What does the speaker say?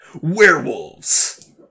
Werewolves